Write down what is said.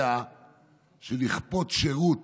יודע שלכפות שירות